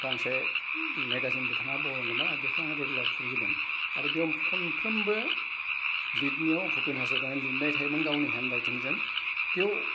गांसे मेगाजिन बिथाङा बर'नदोंमोन बेखौ आं रेगुलार फुजियोमोन आरो बेयाव खनफ्रोमबो लिदनायाव भुपेन हाज'रिकानि लिरनाय थायोमोन गावनि हेन्डराइटिंजों बेयाव